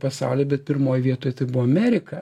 pasauly bet pirmoj vietoj tai buvo amerika